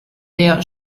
der